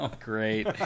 Great